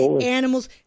animals